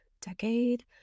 decade